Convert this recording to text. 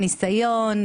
ניסיון,